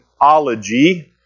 ology